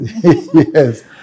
yes